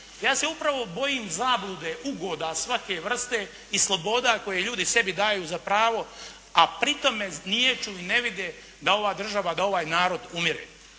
Ja se upravo bojim zablude, uboda svake vrste i sloboda koje ljudi sebi daju za pravo, a pritome niječu ili ne vide da ova država, da ovaj narod umire.